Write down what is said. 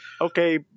Okay